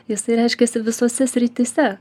jisai reiškiasi visose srityse